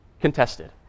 contested